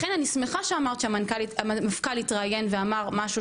לכן אני שמחה שאמרת שהמפכ"ל התראיין ואמר משהו